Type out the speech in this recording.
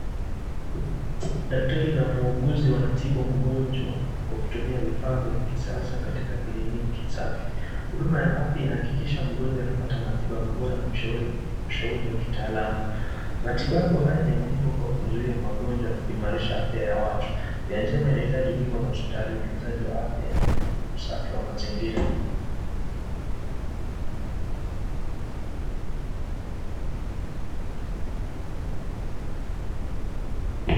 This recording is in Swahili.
Daktari na muuguzi wanatibu mgonjwa kwa kutumia vifaa vya kisasa katika kliniki safi. Huduma ya afya inahakikisha mgonjwa anapata matibabu bora na ushauri wa kitaalam , matibabu haya ni muhimu kwa kuzuia magonjwa na kuimarisha afya ya watu ,afya njema inahitaji huduma za hospitali ,utunzaji wa afya ya meno na usafi wa mazingira.